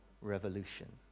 revolution